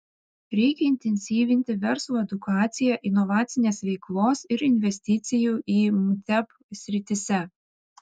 reikia intensyvinti verslo edukaciją inovacinės veiklos ir investicijų į mtep srityse